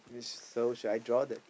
is so should I draw the